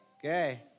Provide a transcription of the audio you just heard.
Okay